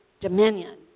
dominion